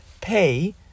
pay